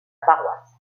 paroisse